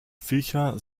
viecher